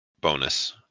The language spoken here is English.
bonus